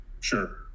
Sure